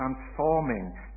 transforming